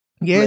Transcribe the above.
Yes